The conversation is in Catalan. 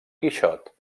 quixot